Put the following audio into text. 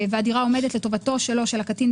הוא לא גינה באופן מלא אלא לשניהם,